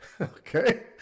Okay